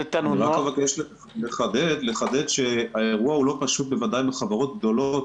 אני רק מבקש לחדד שהאירוע הוא לא פשוט ודאי לחברות גדולות,